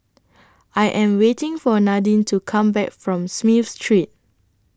I Am waiting For Nadine to Come Back from Smith Street